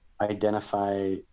identify